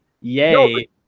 Yay